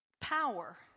power